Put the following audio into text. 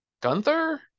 Gunther